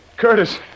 Curtis